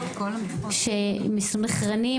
שמסונכרנים?